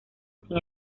sin